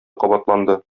кабатланды